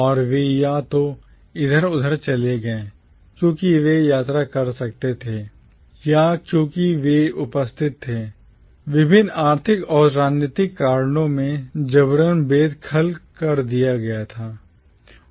और वे या तो इधर उधर चले गए क्योंकि वे यात्रा कर सकते थे या क्योंकि वे विस्थापित थे विभिन्न आर्थिक और राजनीतिक कारणों से जबरन बेदखल कर दिया गया था